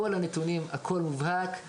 כל הנתונים הכל מובהק,